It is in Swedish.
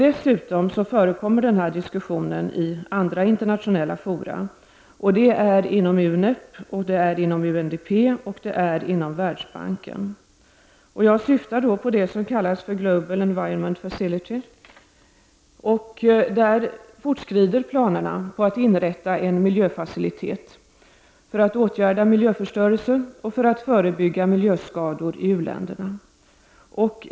Dessutom förekommer den här diskussionen i andra internationella fora, och det är inom UNEP, UNDP och Världsbanken. Jag syftar på det som kallas Global Environment Facility. Där fortskrider planerna på att inrätta en miljöfacilitet för att åtgärda miljöförstörelse och för att förebygga miljöskador i u-länderna.